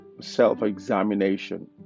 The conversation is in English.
self-examination